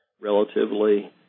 relatively